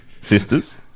sisters